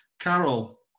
Carol